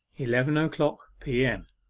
eleven o'clock p m.